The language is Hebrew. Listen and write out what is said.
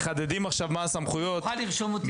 מחדדים עכשיו מה הסמכויות --- את יכולה לרשום אותי?